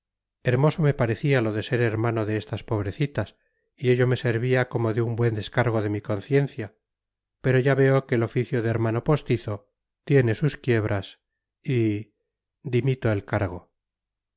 hermoso me parecía lo de ser hermano de estas pobrecitas y ello me servía como de un buen descargo de mi conciencia pero ya veo que el oficio de hermano postizo tiene sus quiebras y dimito el cargo